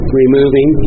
removing